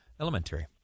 Elementary